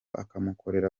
akamukorera